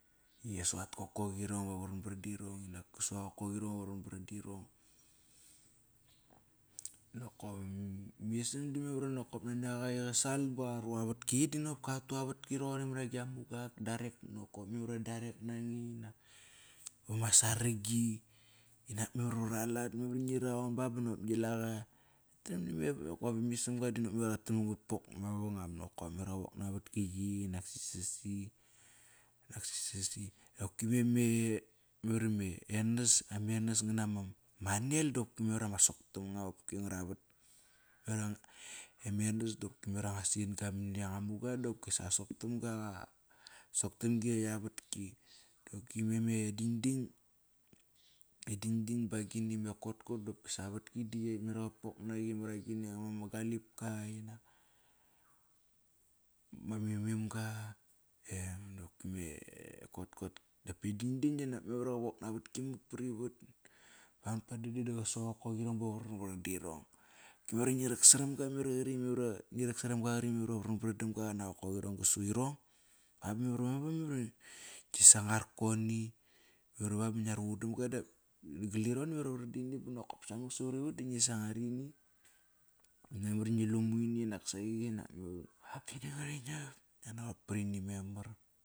Qi su at kokoqirong iva varvar dirong inak kasu aqokkoqirong varbaran dirong. Nakop ama isam di memar ive nani aqa i aqasal baqaru a vatki yi di nakop karu avatki yi maragi amuga darek nakop karu avatki yi maragi amuga darek nakop, memar iva darek nange nak vama saragi inak memar iva varalat, memar iva ngi raun ba ba ngi laqa. Ngia tram nama isamga da nakop qatram qat pok mavangam nakop memar iva qavok na avatki qi nak si sasi. Noki veme Enas, ama enas ngan nama nel da memar iva ma soktam nga qopki ngaravat. Eme enas da memar anga sin-ga mania mania muga dopkisa ma soktamga ekt avatki. Dopki eme dandan, dandan ba agini me kotkot qopki sa avatki de ekt memar iva qatpok naqi mara agini, mara ma galipka, inak ma mim mimga em. Dape dandan dinak memar ive qawok naa avatki mak pari vat. Nakt pa dangdang do qa su aqokoqirong ba varvar dirong. Memar iva ngirak saram-ga memar i qari ngirak saramga qari varvar dam-ga qana qokoqirong qasu irong, ngi sangar goni memar va ba ngiaru qun dd i ga dap nagal irong da memar ive var dani ba samak sa varivat di ngi sangar ini da memar ivangi lumu ini naksa qi ba ba memar ini nga rinap, inak ngia naqot parini memar.